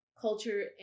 culture